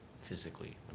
Physically